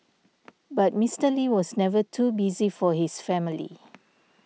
but Mister Lee was never too busy for his family